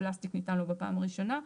הפלסטיק ניתן לו בפעם הראשונה,